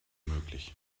möglich